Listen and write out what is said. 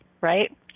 right